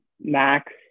Max